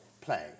play